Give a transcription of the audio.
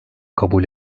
kabul